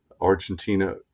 Argentina